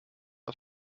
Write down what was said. auf